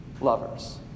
lovers